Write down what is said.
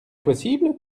possible